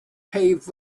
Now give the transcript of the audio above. paved